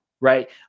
right